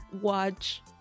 watch